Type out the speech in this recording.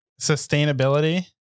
sustainability